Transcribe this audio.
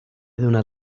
donat